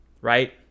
Right